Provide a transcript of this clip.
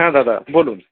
হ্যাঁ দাদা বলুন